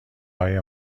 های